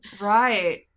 right